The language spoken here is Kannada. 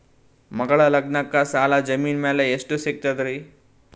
ಮಗಳ ಲಗ್ನಕ್ಕ ಸಾಲ ಜಮೀನ ಮ್ಯಾಲ ಎಷ್ಟ ಸಿಗ್ತದ್ರಿ?